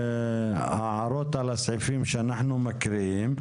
הערות על הסעיפים שאנחנו מקריאים.